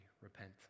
repent